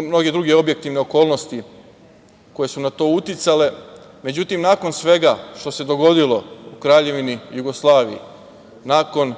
mnoge druge objektivne okolnosti koje su na to uticale. Međutim, nakon svega što se dogodilo u Kraljevini Jugoslaviji nakon